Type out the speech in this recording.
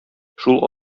шул